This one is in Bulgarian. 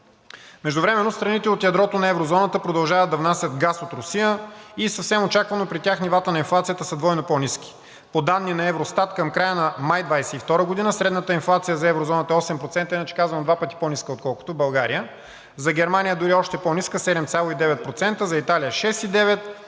Междувременно страните от ядрото на еврозоната продължават да внасят газ от Русия и съвсем очаквано при тях нивата на инфлацията са двойно по-ниски. По данни на Евростат към края на май 2022 г. средната инфлация за Еврозоната е 8%, иначе казано, два пъти по-ниска, отколкото в България. За Германия дори е още по-ниска – 7,9%, за Италия – 6,9,